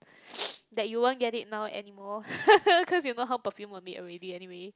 that you won't get it now anymore cause you know how perfume were made already anyway